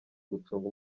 gucunga